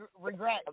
regret